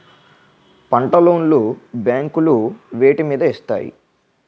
పంట లోన్ లు బ్యాంకులు వేటి మీద ఇస్తాయి?